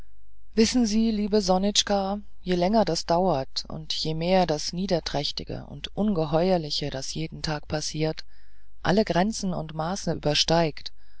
wissen sie sonitschka je länger das dauert und je mehr das niederträchtige und ungeheuerliche das jeden tag passiert alle grenzen und maße übersteigt